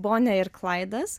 bonė ir klaidas